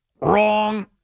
Wrong